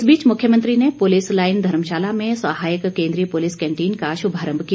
इस बीच मुख्यमंत्री ने पुलिस लाईन धर्मशाला में सहायक केन्द्रीय पुलिस कैंटीन का शुभारंभ किया